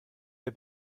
der